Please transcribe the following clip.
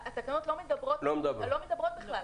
התקנות לא מדברות בכלל.